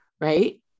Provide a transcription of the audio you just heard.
right